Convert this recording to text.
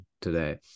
today